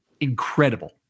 Incredible